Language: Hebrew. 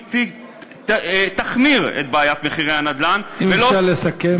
היא תחמיר את בעיית מחירי הנדל"ן, אם אפשר לסכם.